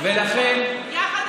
יחד עם,